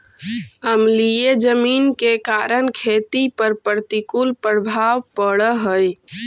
अम्लीय जमीन के कारण खेती पर प्रतिकूल प्रभाव पड़ऽ हइ